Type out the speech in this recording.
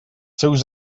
seus